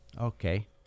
okay